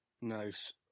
Nice